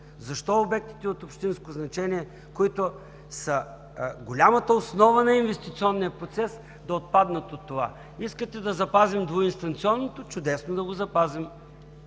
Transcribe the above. Защо обектите от общинско значение, които са голямата основа на инвестиционния процес, да отпаднат от това? Искате да запазим двуинстанционното? Чудесно, да го запазим!